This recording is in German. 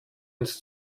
ins